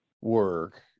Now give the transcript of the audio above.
work